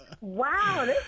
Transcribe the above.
Wow